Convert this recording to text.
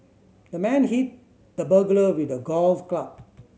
the man hit the burglar with a golf club